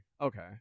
okay